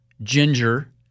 ginger